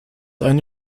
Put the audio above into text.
eine